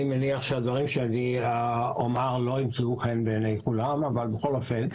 אני מניח שהדברים שאני אומר לא ימצאו חן בעיני כולם אבל בכל אופן אומר.